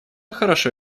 хорошо